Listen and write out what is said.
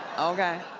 okay?